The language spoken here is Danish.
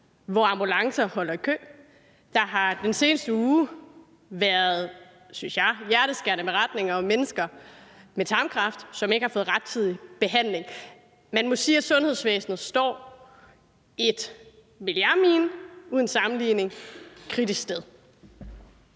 hvor ambulancer holder i kø. Der har i den seneste uge været, synes jeg, hjerteskærende beretninger om mennesker med tarmkræft, som ikke har fået rettidig behandling. Man må sige, at sundhedsvæsenet står, vil jeg mene, et kritisk sted,